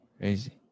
Crazy